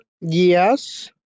yes